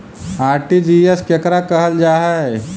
RTGS केकरा कहल जा है?